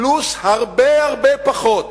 פלוס הרבה-הרבה פחות